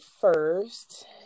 first